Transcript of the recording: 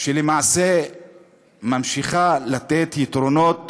שלמעשה ממשיכה לתת יתרונות